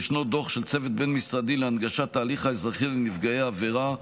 שישנו דוח של צוות בין-משרדי להנגשת ההליך האזרחי לנפגעי עבירה,